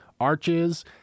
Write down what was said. arches